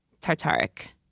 Tartaric